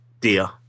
dear